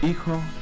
hijo